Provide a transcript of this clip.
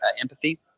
empathy